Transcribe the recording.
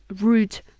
root